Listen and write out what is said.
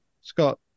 Scott